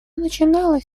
начиналось